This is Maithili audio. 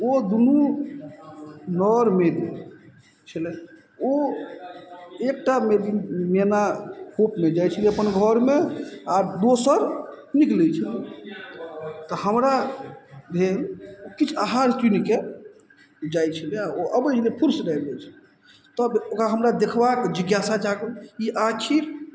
ओ दुनू नर मेदिन छलथि ओ एकटा मेदिन मेना खोपमे जाइ छलय अपन घरमे आओर दोसर चुगि लै छलय तऽ हमरा भेल किछु आहार चुनिकऽ जाइ छलय आओर ओ अबय छलै फुर्रसँ भागि जाइ छलय तब ओकरा हमरा देखबाक जिज्ञासा जागल ई आखिर